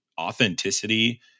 authenticity